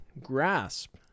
grasp